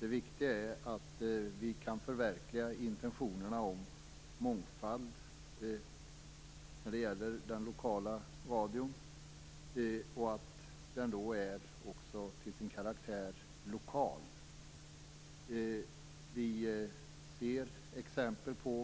Det viktiga är att vi kan förverkliga intentionerna om mångfald i den lokala radion och se till att den faktiskt är lokal till sin karaktär. Vi ser exempel på